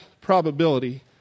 probability